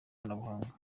ubukangurambaga